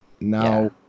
Now